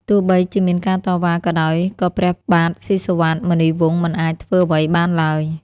ទោះបីជាមានការតវ៉ាក៏ដោយក៏ព្រះបាទស៊ីសុវត្ថិ មុនីវង្សមិនអាចធ្វើអ្វីបានឡើយ។